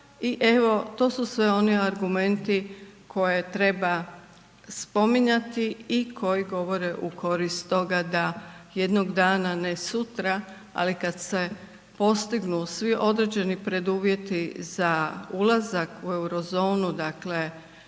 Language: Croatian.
i evo to su sve oni argumenti koje treba spominjati i koji govore u korist toga da jednog dana, ne sutra ali kad se postignu svi određeni preduvjeti za ulazak u euro zonu, dakle